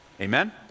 Amen